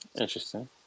Interesting